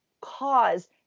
cause